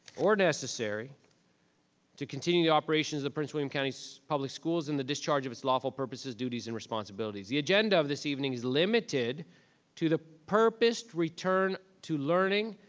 or necessary to continue the operations of prince william county public schools in the discharge of its lawful purposes, duties, and responsibilities. the agenda of this evening is limited to the purposed return to learning,